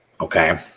Okay